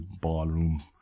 ballroom